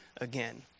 again